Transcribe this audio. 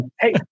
hey